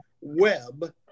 web